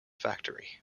factory